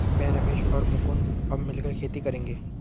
मैं, रमेश और मुकुंद अब मिलकर खेती करेंगे